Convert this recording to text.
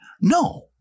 no